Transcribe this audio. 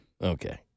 Okay